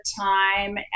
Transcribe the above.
time